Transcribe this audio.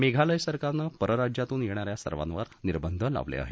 मेघालय सरकारने परराज्यातून येणाऱ्या सर्वांवर निर्बंध लावले आहेत